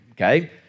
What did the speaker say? Okay